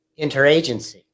Interagency